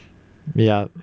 ya